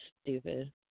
stupid